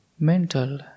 mental